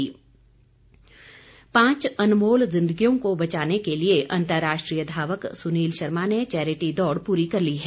धावक पांच अनमोल ज़िंदगियों को बचाने के लिए अंतर्राष्ट्रीय धावक सुनील शर्मा ने चैरिटी दौड़ पूरी कर ली है